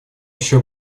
еще